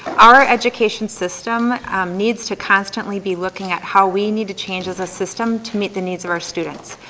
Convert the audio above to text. our education system needs to constantly be looking at how we need to change as a system to meet the needs of our students.